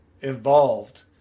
involved